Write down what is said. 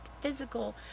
physical